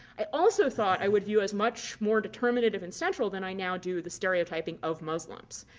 i also thought i would view as much more determinative and central than i now do the stereotyping of muslims.